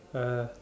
uh